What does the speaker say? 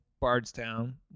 Bardstown